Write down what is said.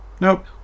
Nope